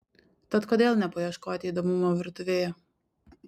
tad kodėl nepaieškoti įdomumo virtuvėje